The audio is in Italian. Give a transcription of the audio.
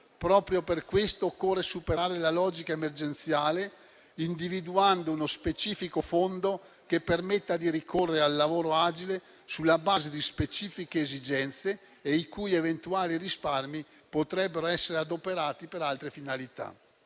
proprio per questo occorre superare la logica emergenziale, individuando uno specifico fondo che permetta di ricorrere al lavoro agile sulla base di specifiche esigenze e i cui eventuali risparmi potrebbero essere adoperati per altre finalità.